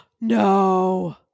No